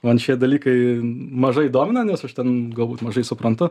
man šie dalykai mažai domina nes aš ten galbūt mažai suprantu